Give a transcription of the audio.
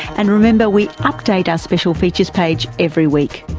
and remember we update our special features page every week.